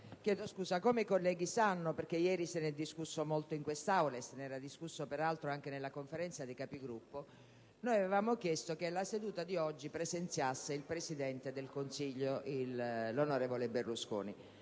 come i colleghi sanno visto che ieri se ne è discusso molto in quest'Aula, e se ne era discusso, peraltro, anche in sede di Conferenza dei Capigruppo, noi avevamo chiesto che alla seduta di oggi presenziasse il Presidente del Consiglio, onorevole Berlusconi.